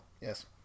Yes